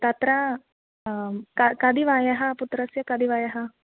तत्र क कति वयः पुत्रस्य कति वयः